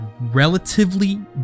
relatively